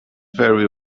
very